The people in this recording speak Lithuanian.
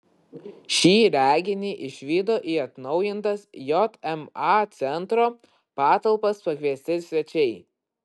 šį reginį išvydo į atnaujintas jma centro patalpas pakviesti svečiai